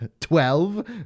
Twelve